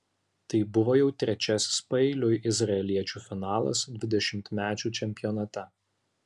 tai buvo jau trečiasis paeiliui izraeliečių finalas dvidešimtmečių čempionate